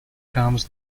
comes